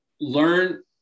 learn